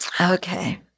Okay